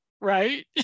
right